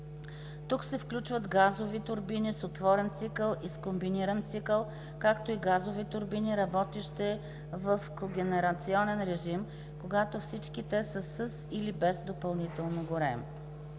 тук се включват газови турбини с отворен цикъл и с комбиниран цикъл, както и газови турбини, работещи в когенерационен режим, като всички те са със или без допълнително горене.”;